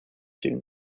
sooner